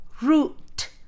root